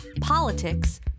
politics